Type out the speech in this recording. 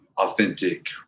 authentic